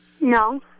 No